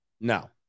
No